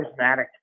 charismatic